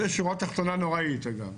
זה שורה תחתונה נוראית, אגב.